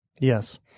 Yes